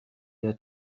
der